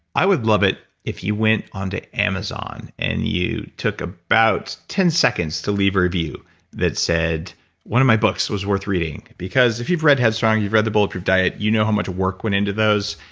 i would love it if you went onto amazon and you took about ten seconds to leave a review that said one of my books was worth reading because if you've read head strong, you've read the bulletproof diet, you know how much work went into those,